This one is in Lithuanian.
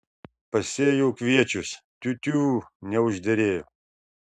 pasėjau kviečius tiu tiū neužderėjo